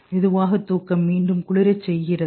மெதுவாக தூக்கம் மீண்டும் குளிரச் செய்கிறது